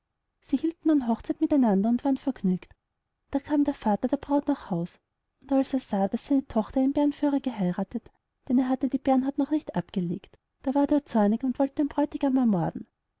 sie hielten nun hochzeit mit einander und waren vergnügt da kam der braut vater nach haus und als er sahe daß seine tochter einen bärenführer geheirathet denn er hatte die bärenhaut noch nicht abgelegt da ward er zornig und wollte den bräutigam ermorden